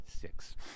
six